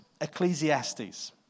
Ecclesiastes